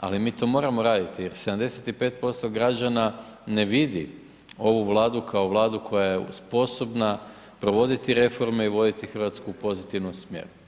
ali mi to moramo raditi, 75% građana ne vidi ovu Vladu kao Vladu koja je sposobna provoditi reforme i voditi Hrvatsku u pozitivnom smjeru.